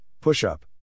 Push-Up